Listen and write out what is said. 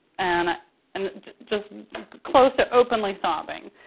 and and just close to openly sobbing.